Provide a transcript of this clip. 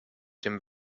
dem